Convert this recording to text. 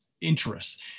interest